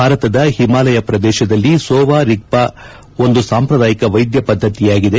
ಭಾರತದ ಹಿಮಾಲಯ ಪ್ರದೇಶದಲ್ಲಿ ಸೋವಾ ರಿಗ್ವಾ ಒಂದು ಸಾಂಪ್ರದಾಯಿಕ ವೈದ್ಯ ಪದ್ದತಿಯಾಗಿದೆ